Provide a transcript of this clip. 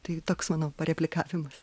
tai toks mano pareplikavimas